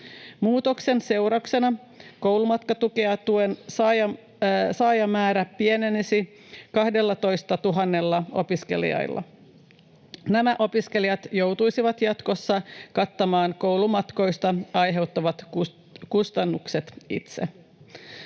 Muutoksen seurauksena koulumatkatuen saajamäärä pienenisi 12 000 opiskelijalla. Nämä opiskelijat joutuisivat jatkossa kattamaan koulumatkoista aiheutuvat kustannukset itse.